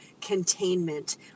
containment